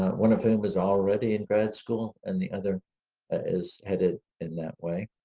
one of them was already in grad school, and the other is headed in that way.